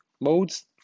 Modes